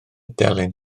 delyn